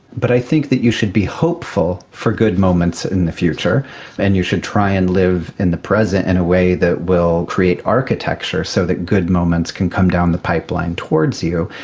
but i think that you should be hopeful for good moments in the future and you should try and live in the present in a way that will create architecture so that good moments can come down the pipeline towards you,